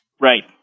Right